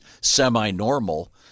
semi-normal